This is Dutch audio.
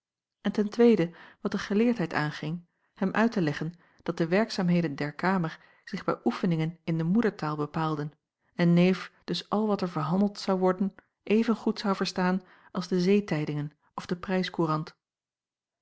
en wat de geleerdheid aanging hem uit te leggen dat de werkzaamheden der kamer zich bij oefeningen in de moedertaal bepaalden en neef dus al wat er verhandeld zou worden evengoed zou verstaan als de zeetijdingen of de